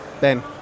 Ben